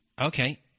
Okay